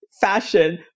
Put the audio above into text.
fashion